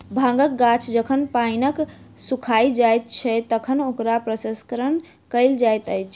भांगक गाछ जखन पाइक क सुइख जाइत छै, तखन ओकरा प्रसंस्करण कयल जाइत अछि